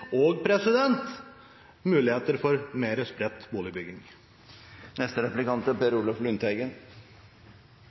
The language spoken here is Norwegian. og muligheter for mer spredt boligbygging.